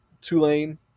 Tulane